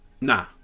Nah